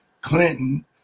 Clinton